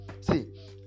See